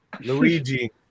Luigi